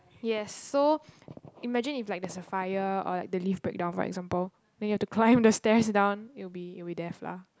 yes so imagine if like there's a fire or like the lift breakdown for example then you'll have to climb the stairs down you'll be you'll be death lah